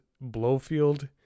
Blowfield